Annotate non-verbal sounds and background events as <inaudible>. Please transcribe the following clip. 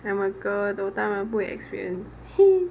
I'm a girl though 当然不会 experience <laughs>